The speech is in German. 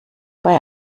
bei